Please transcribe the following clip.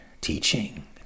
teaching